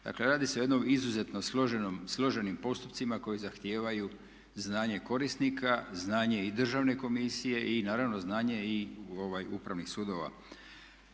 Dakle, radi se o jednim izuzetno složenim postupcima koji zahtijevaju znanje korisnika, znanje i Državne komisije i naravno znanje upravnih sudova.